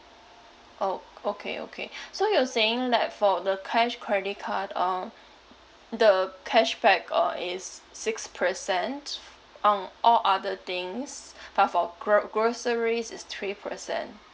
orh okay okay so you're saying that for the cash credit card um the cashback uh is six percent f~ on all other things but for gro~ groceries is three percent